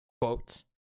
quotes